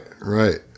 right